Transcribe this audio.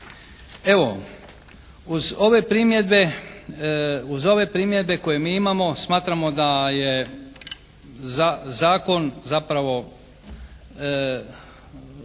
Evo, uz ove primjedbe koje mi imamo smatramo da je zakon zapravo,